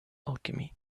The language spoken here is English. alchemy